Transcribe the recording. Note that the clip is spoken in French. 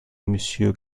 monsieur